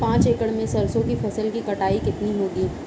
पांच एकड़ में सरसों की फसल की कटाई कितनी होगी?